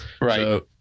Right